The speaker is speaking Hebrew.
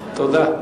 תודה.